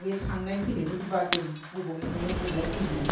बे थांनाय फैनायखौथ' बाद दोन बबाव थांनो बबाव फैनो